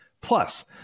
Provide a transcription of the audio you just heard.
Plus